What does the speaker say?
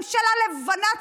ממשלה לבנה,